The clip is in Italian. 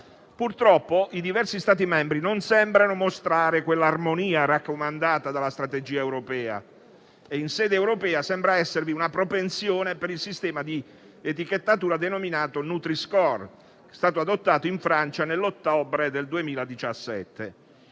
Purtroppo i diversi Stati membri non sembrano mostrare quell'armonia raccomandata dalla strategia europea e, in sede europea, sembra esservi una propensione per il sistema di etichettatura denominato nutri-score, che è stato adottato in Francia nell'ottobre 2017.